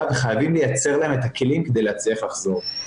וחייבים לייצר להם כלים כדי להצליח לחזור.